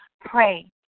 pray